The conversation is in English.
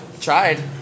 tried